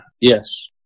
yes